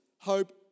Hope